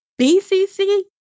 BCC